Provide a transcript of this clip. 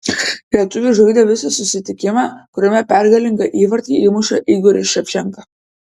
lietuvis žaidė visą susitikimą kuriame pergalingą įvartį įmušė igoris ševčenka